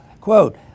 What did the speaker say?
quote